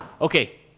Okay